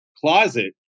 closet